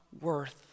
worth